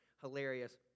hilarious